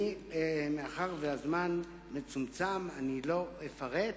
מאחר שהזמן מצומצם לא אפרט,